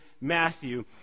Matthew